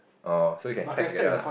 oh so you can stack together lah